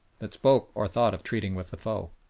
that spoke or thought of treating with the foe.